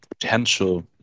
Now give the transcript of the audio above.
potential